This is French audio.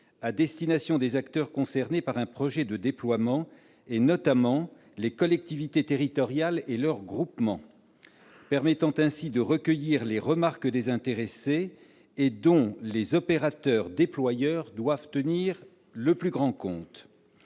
à destination des acteurs concernés par un projet de déploiement, notamment les collectivités territoriales et leurs groupements. Ce travail a permis de recueillir les remarques des intéressés, et les opérateurs déployeurs doivent en tenir le plus grand compte.